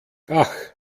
ach